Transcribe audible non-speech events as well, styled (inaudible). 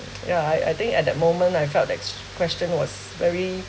(noise) yeah I I think at that moment I felt that question was very